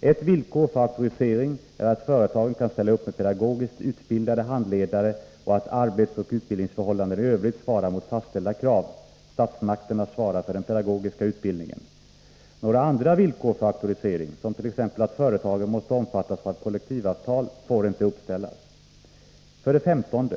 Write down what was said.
Ett villkor för auktorisering är att företagen kan ställa upp med pedagogiskt utbildade handledare och att arbetsoch utbildningsförhållandena i övrigt svarar mot fastställda krav. Statsmakterna svarar för den pedagogiska utbildningen. Några andra villkor för auktorisering — som t.ex. att företagen måste omfattas av kollektivavtal — får inte uppställas. 15.